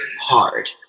hard